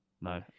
No